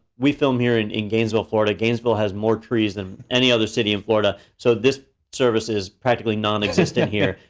we film here in in gainesville, florida. gainesville has more trees than any other city in florida so this service is practically nonexistent here.